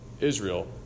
Israel